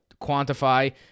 quantify